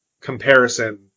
comparison